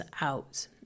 out